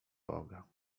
boga